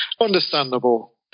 Understandable